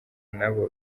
nabo